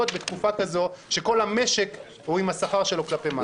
בתקופה כזו כשכל המשק הוא עם השכר שלו כלפי מטה.